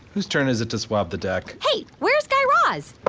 whose turn is it to swab the deck? hey, where's guy raz?